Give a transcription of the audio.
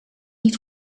niet